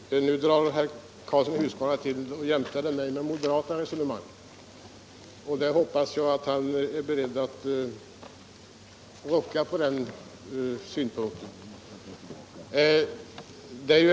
Herr talman! Nu drar herr Karlsson i Huskvarna till med en jämförelse mellan mina och moderaternas resonemang. Jag hoppas att han är beredd att rucka på den åsikten.